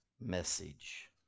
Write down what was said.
message